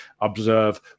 observe